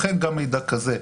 לכן גם מידע כזה,